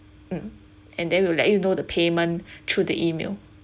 mm and then we'll let you know the payment through the E-mail